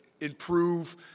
improve –